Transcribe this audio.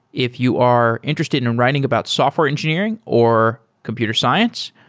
if you are interested in writing about software engineering or computer science,